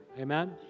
Amen